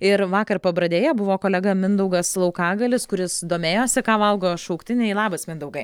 ir vakar pabradėje buvo kolega mindaugas laukagalis kuris domėjosi ką valgo šauktiniai labas mindaugai